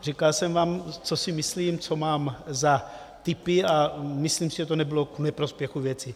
Říkal jsem vám, co si myslím, co mám za tipy, a myslím si, že to nebylo k neprospěchu věci.